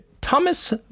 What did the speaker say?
Thomas